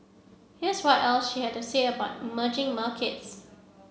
here's what else she had to say about emerging markets